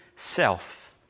Self